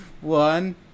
one